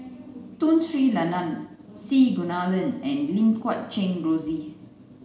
Tun Sri Lanang C Kunalan and Lim Guat Kheng Rosie